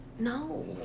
No